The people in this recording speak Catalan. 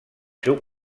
seu